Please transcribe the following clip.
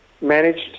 managed